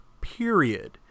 period